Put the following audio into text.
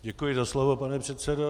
Děkuji za slovo pane předsedo.